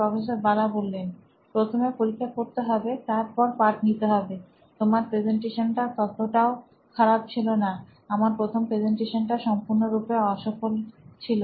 professor Bala প্রথমে পরীক্ষা করতে হবে তারপর পাঠ নিতে হবে তোমার প্রেজেন্টেশনটা অতটাও খারাপ ছিলনা আমার প্রথম প্রেজেন্টেশনটা সম্পূর্ণরূপে অসফল ছিল